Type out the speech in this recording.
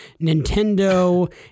Nintendo